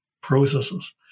processes